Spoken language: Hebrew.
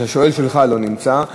השואל שלך לא נמצא.